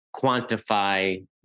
quantify